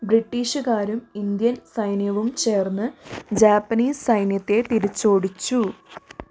ബ്രിട്ടീഷുകാരും Indian സൈന്യവും ചേർന്ന് Japanese സൈന്യത്തെ തിരിച്ചോടിച്ചു